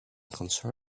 concerned